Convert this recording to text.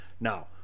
Now